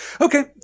Okay